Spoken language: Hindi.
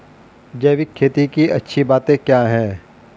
जैविक खेती की अच्छी बातें क्या हैं?